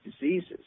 diseases